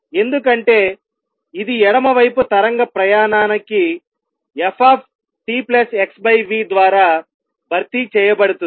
ఎందుకంటే ఇది ఎడమ వైపు తరంగ ప్రయాణానికి ft xv ద్వారా భర్తీ చేయబడుతుంది